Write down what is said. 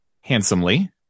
handsomely